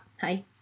hi